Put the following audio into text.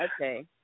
Okay